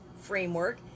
framework